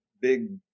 big